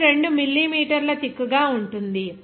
ఇది 2 మిల్లీమీటర్ల థిక్ గా ఉంటుంది